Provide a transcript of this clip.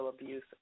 abuse